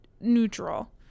neutral